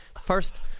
First